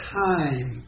time